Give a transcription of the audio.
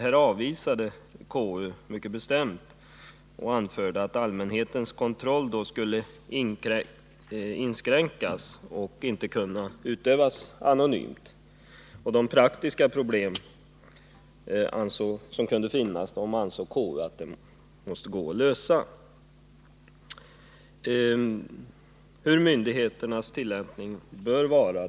Detta krav avvisade konstitutionsutskottet mycket bestämt och anförde att allmänhetens kontrolimöjlighet vid ett bifall till motionsyrkandet skulle inskränkas och inte kunna utövas anonymt. Konstitutionsutskottet ansåg också att de praktiska problem som fanns måste gå att lösa.